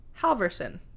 Halverson